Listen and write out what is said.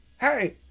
hey